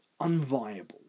unviable